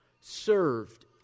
served